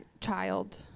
child